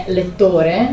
lettore